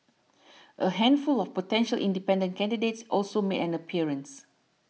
a handful of potential independent candidates also made an appearance